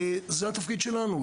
זה התפקיד שלנו,